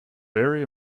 very